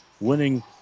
winning